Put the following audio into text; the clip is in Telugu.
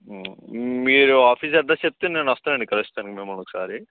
మీరు ఆఫీస్ అడ్రస్ చెప్తే నేను వస్తానండి కలుస్తాను మిమ్మల్ని ఒకసారి